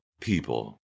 people